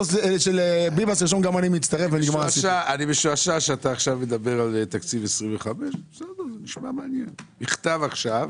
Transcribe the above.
אני משועשע שאתה מדבר עשיו על תקציב 25'. מכתב עכשיו